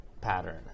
pattern